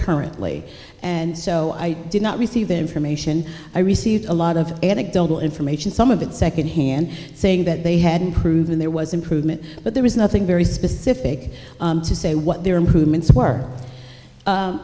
currently and so i did not receive that information i received a lot of anecdotal information some of it secondhand saying that they had proven there was improvement but there is nothing very specific to say what their improvements were